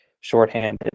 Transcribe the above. shorthanded